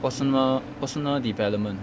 personal personal development